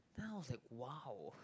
now it's like !wow!